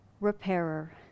repairer